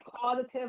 positive